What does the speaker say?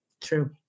True